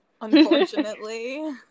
Unfortunately